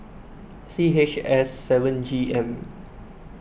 C H S seven G M